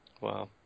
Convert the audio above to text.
Wow